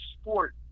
sport